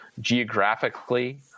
geographically